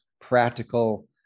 practical